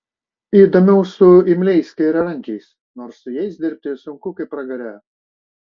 įdomiau su imliais kairiarankiais nors su jais dirbti sunku kaip pragare